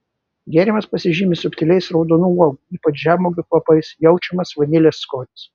gėrimas pasižymi subtiliais raudonų uogų ypač žemuogių kvapais jaučiamas vanilės skonis